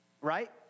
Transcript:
right